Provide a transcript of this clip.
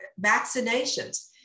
vaccinations